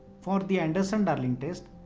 for the anderson-darling test,